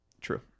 True